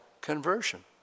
conversion